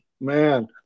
man